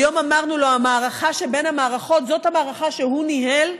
היום אמרנו לו שהמערכה שבין המערכות זאת המערכה שהוא ניהל,